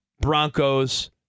Broncos